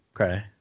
Okay